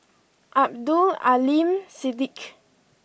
Abdul Aleem Siddique